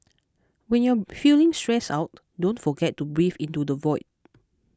when you are feeling stressed out don't forget to breathe into the void